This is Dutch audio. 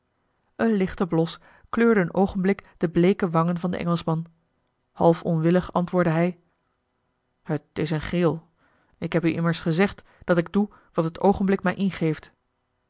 eene lichte blos kleurde een oogenblik de bleeke wangen van den engelschman half onwillig antwoordde hij t is eene gril ik heb u immers reeds gezegd dat ik doe wat het oogenblik mij ingeeft